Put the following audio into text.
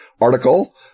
article